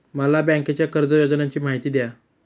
मला बँकेच्या कर्ज योजनांची माहिती द्या